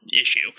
issue